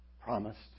promised